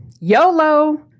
YOLO